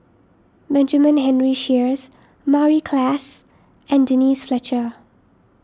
Benjamin Henry Sheares Mary Klass and Denise Fletcher